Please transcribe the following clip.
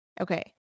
Okay